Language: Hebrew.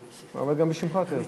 אבל גם בשמך אתה יכול.